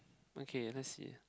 okay let see